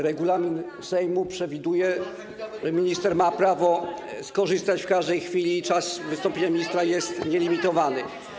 Regulamin Sejmu przewiduje, że minister ma prawo zabrać głos w każdej chwili, a czas wystąpienia ministra jest nielimitowany.